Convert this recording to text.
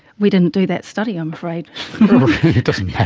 we didn't do that study, i'm afraid. it doesn't